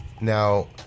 Now